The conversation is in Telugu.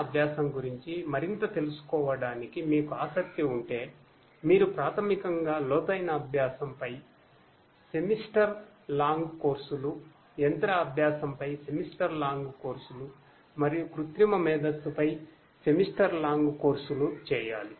కాబట్టి ఈ లోతైన అభ్యాసం మెషిన్ లెర్నింగ్ లు చేయాలి